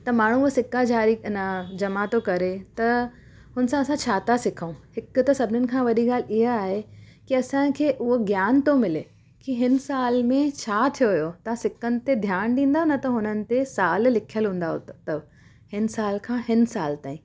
त माण्हू उहो सिक्का ज़ारी इन जमा थो करे त हुनसां असां छाता सिखूं हिक त सभिनीनि खां वॾी ॻाल्हि इहा आहे की असांखे उहो ज्ञान थो मिले की हिन साल में छा थियो हुयो तव्हां सिक्कनि ते ध्यानु ॾींदा न त हुननि ते साल लिखियल हूंदव अथव साल खां हिन साल ताईं